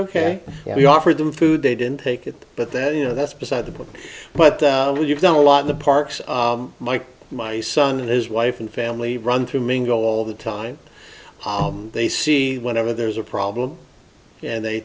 ok we offered them food they didn't take it but then you know that's beside the book but you've done a lot of the parks mike my son and his wife and family run through mingle all the time they see whenever there's a problem and they